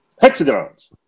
Hexagons